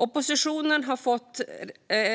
Oppositionen har fått